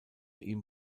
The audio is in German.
ihm